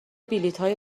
بلیطهای